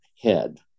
head